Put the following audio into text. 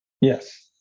Yes